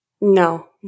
No